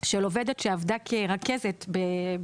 הם גם עוברים יותר את קווי החתך במיונים.